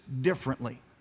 differently